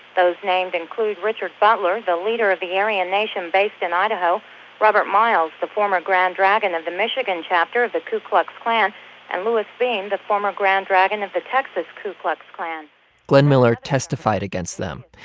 those named include richard butler, the leader of the aryan nation based in idaho robert miles, the former grand dragon of the michigan chapter of the ku klux klan and louis beam, the former grand dragon of the texas ku klux klan glenn miller testified against them.